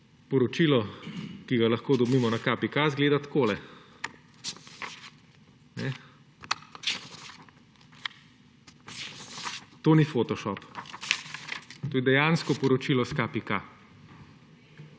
poročilo, ki ga lahko dobimo na KPK izgleda takole. To ni fotoshop. To je dejansko poročilo iz KPK.